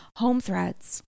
HomeThreads